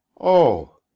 Oh